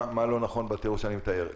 אני אתייחס וגם חברתי,